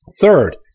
Third